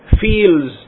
feels